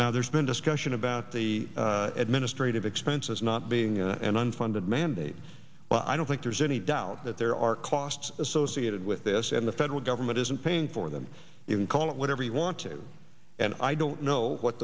now there's been discussion about the administrative expenses not being you know an unfunded mandate i don't think there's any doubt that there are costs associated with this and the federal government isn't paying for them you can call it whatever you want to and i don't know what